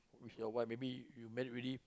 with your wife maybe you married already